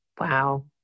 wow